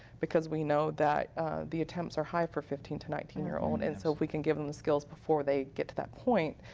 because we know that the attempts are high for fifteen to nineteen year old. and so if we can give them skills before they get to that point,